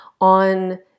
on